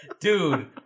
Dude